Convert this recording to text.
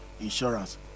insurance